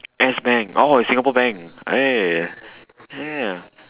S bank oh singapore bank yeah yeah